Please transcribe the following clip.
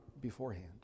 beforehand